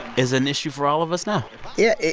is an issue for all of us now yeah.